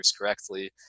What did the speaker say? correctly